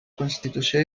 constitució